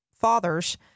fathers